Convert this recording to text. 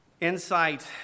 insight